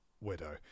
widow